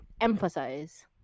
emphasize